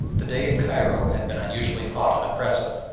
the day in cairo had been unusually hot and oppressive,